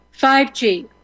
5G